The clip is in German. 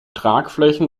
tragflächen